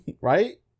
Right